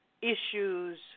issues